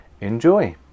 enjoy